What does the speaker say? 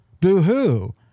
Boo-hoo